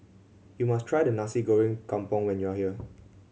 you must try the Nasi Goreng Kampung when you are here